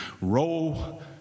roll